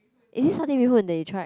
is it satay bee-hoon that you tried